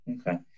Okay